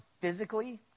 physically